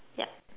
yup